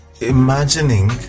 imagining